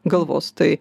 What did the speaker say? galvos tai